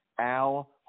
Al